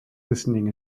listening